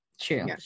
True